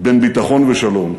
בין ביטחון לשלום.